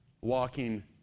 walking